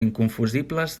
inconfusibles